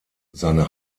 seine